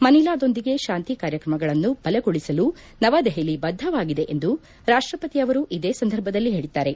ಮನೀಲಾದೊಂದಿಗೆ ಶಾಂತಿ ಕಾರ್ಯಕ್ರಮಗಳನ್ನು ಬಲಗೊಳಿಸಲು ನವದೆಹಲಿ ಬದ್ಧವಾಗಿದೆ ಎಂದು ರಾಷ್ಟಪತಿ ಅವರು ಇದೇ ಸಂದರ್ಭದಲ್ಲಿ ಹೇಳಿದ್ದಾರೆ